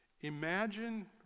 Imagine